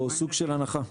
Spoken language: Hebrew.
או סוג של הנחה.